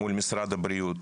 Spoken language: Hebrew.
מול משרד הבריאות,